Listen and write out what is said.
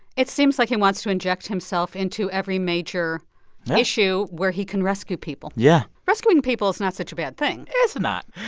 it seems like he wants to inject himself into every major issue where he can rescue people yeah rescuing people is not such a bad thing it's not.